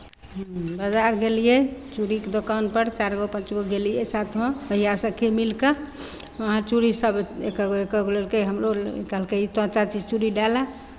बाजार गेलियै चूड़ीके दोकानपर चारि गो पाँच गो गेलियै साथमे सहिया सखि मिलि कऽ वहाँ चूड़ीसभ एकहक गो एकहक गो लेलकै हमरो कहलकै ई तोँ चाची चूड़ी डालह